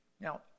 Now